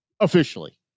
Officially